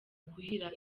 kuhira